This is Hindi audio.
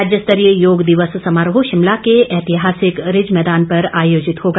राज्य स्तरीय योग दिवस समारोह शिमला के ऐतिहासिक रिज मैदान पर आयोजित होगा